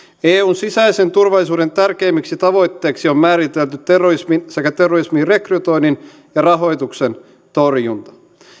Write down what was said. eun sisäisen turvallisuuden tärkeimmäksi tavoitteeksi on määritelty terrorismin sekä terrorismirekrytoinnin ja rahoituksen torjunta